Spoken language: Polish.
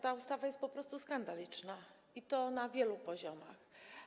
Ta ustawa jest po prostu skandaliczna, i to na wielu poziomach.